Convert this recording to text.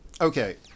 Okay